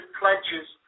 pledges